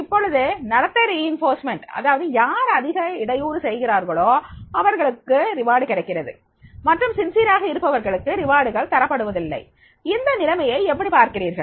இப்பொழுது நடத்தை வலுவூட்டல் அதாவது யார் அதிக இடையூறு தருகிறார்களோ அவர்களுக்கு வெகுமதி கிடைக்கிறது மற்றும் நேர்மையாகஇருப்பவர்களுக்கு வெகுமதிகள் தரப்படுவதில்லை இந்த நிலைமையை எப்படி பார்க்கிறீர்கள்